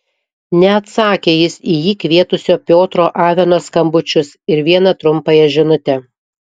neatsakė jis į jį kvietusio piotro aveno skambučius ir vieną trumpąją žinutę